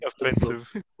offensive